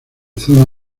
zona